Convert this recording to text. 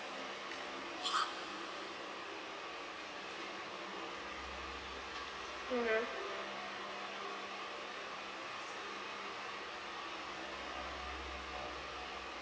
mmhmm